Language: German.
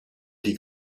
die